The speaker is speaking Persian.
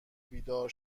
بیدار